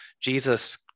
Jesus